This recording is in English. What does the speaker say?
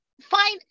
fine